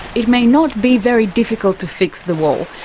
it may not be very difficult to fix the wall,